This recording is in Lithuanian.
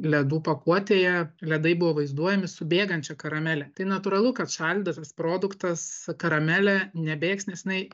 ledų pakuotėje ledai buvo vaizduojami su bėgančia karamele tai natūralu kad šaldytas produktas karamelė nebėgs nes jinai